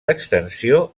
extensió